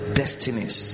destinies